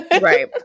right